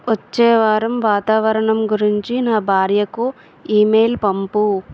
వచ్చే వారం వాతావరణం గురించి నా భార్యకు ఇమెయిల్ పంపు